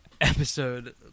episode